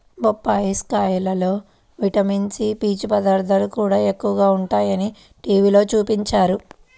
బొప్పాస్కాయలో vitamin C, పీచు పదార్థాలు కూడా ఎక్కువగా ఉంటయ్యని టీవీలో చూపించారు